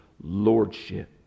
lordship